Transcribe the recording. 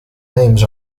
names